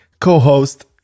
co-host